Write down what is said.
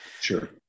Sure